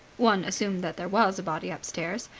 one assumed that there was a body upstairs.